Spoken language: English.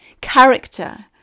character